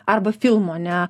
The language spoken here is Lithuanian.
arba filmų ane